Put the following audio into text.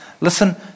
Listen